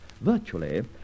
Virtually